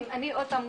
אני עוד פעם,